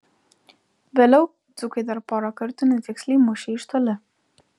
vėliau dzūkai dar porą kartų netiksliai mušė iš toli